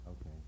Okay